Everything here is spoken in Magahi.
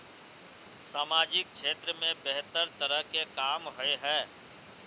सामाजिक क्षेत्र में बेहतर तरह के काम होय है?